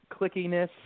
clickiness